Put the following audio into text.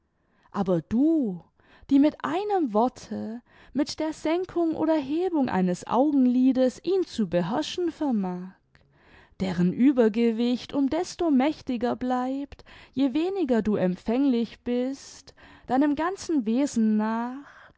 aber du die mit einem worte mit der senkung oder hebung eines augenlides ihn zu beherrschen vermag deren uebergewicht um desto mächtiger bleibt je weniger du empfänglich bist deinem ganzen wesen nach